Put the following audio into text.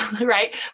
right